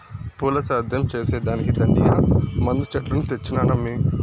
పూల సేద్యం చేసే దానికి దండిగా మందు చెట్లను తెచ్చినానమ్మీ